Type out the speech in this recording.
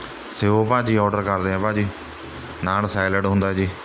ਭਾਅ ਜੀ ਔਡਰ ਕਰਦੇ ਹਾਂ ਭਾਅ ਜੀ ਨਾਲ਼ ਸੈਲਡ ਹੁੰਦਾ ਜੀ